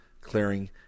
clearing